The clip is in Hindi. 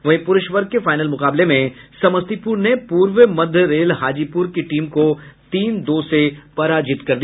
वहीं पुरूष वर्ग के फाइनल मुकाबले में समस्तीपुर ने पूर्व मध्य रेल हाजीपुर की टीम को तीन दो से पराजित कर दिया